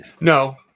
no